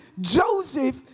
Joseph